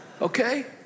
Okay